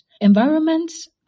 Environments